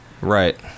Right